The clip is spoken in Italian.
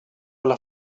alla